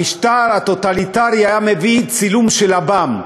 המשטר הטוטליטרי היה מביא צילום של עב"ם,